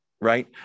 right